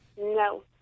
No